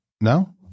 no